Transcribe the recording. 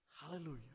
Hallelujah